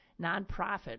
nonprofit